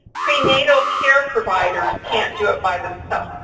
prenatal care providers can't do it by themselves.